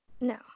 no